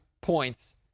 points